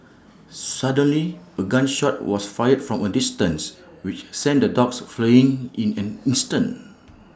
suddenly A gun shot was fired from A distance which sent the dogs fleeing in an instant